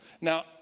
Now